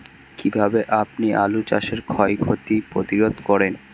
কীভাবে আপনি আলু চাষের ক্ষয় ক্ষতি প্রতিরোধ করেন?